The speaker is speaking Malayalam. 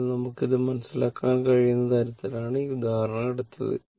അതിനാൽ നമുക്ക് ഇത് മനസ്സിലാക്കാൻ കഴിയുന്ന തരത്തിലാണ് ഈ ഉദാഹരണം എടുത്തത്